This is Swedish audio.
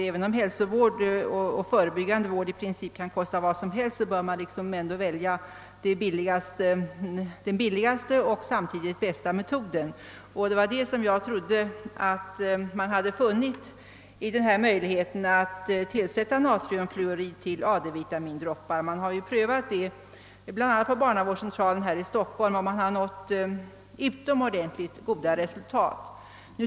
även om hälsovård och förebyggande vård i princip kan få kosta vad som helst bör man välja den billigaste och samtidigt bästa metoden, som jag trodde var att tillsätta natriumfluorid till AD-vitamindroppar. Man har ju prövat detta på bl.a. barnavårdscentralen i Stockholm med utomordentligt goda resultat.